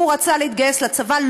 הוא רצה להתגייס לצבא.